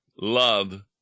love